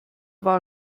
war